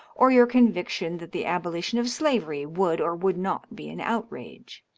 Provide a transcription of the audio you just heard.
or your conviction that the abolition of slavery would or would not be an outrage.